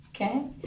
Okay